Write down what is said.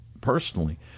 personally